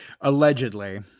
allegedly